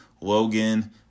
Logan